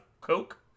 Coke